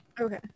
Okay